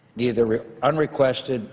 either unrequested,